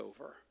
over